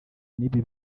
n’ibi